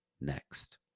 next